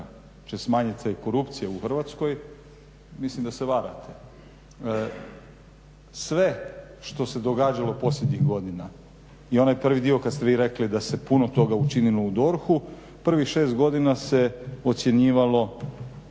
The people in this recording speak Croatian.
smanjiti se korupcija u Hrvatskoj mislim da se varate. Sve što se događalo posljednjih godina, i onaj prvi dio kad ste vi rekli da se puno toga učinilo u DORH-u, prvih 6 godina se ocjenjivalo